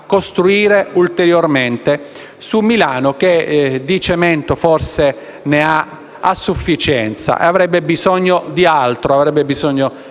costruire ulteriormente a Milano, che di cemento forse ne ha a sufficienza ed avrebbe bisogno di altro, di alberi